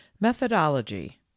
Methodology